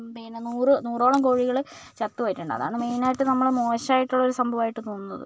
പിന്നെ നൂറ് നൂറോളം കോഴികള് ചത്ത് പോയിട്ടുണ്ട് അതാണ് മെയിനായിട്ട് നമ്മള് മോശമായിട്ടുള്ളൊരു സംഭവമായിട്ട് തോന്നുന്നത്